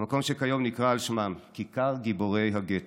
במקום שכיום נקרא על שמם, כיכר גיבורי הגטו.